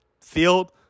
field